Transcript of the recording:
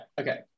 okay